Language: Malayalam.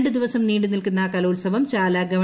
രണ്ട് ദിവസം നീണ്ടു നിൽക്കുന്ന കലോൽസവം ചാല ഗവ